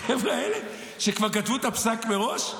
החבר'ה האלה, שכבר כתבו את הפסק מראש?